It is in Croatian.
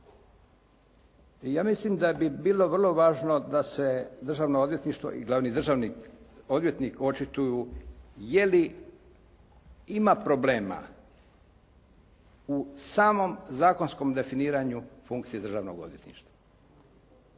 Ja mislim da bi bilo vrlo važno da se Državno odvjetništvo i glavni državni odvjetnik očituju je li ima problema u samom zakonskom definiranju funkcije Državnog odvjetništva?